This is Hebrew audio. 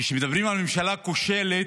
כשמדברים על ממשלה כושלת,